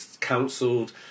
counseled